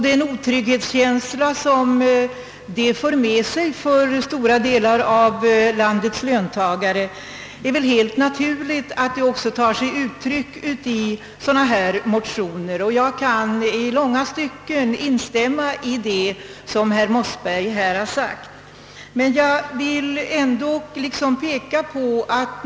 Den otrygghetskänsla som detta för med sig för stora delar av landets löntagare är väl helt naturlig. Det tar sig också uttryck i motioner av detta slag. Jag kan i långa stycken instämma i vad herr Mossberg har sagt.